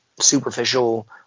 superficial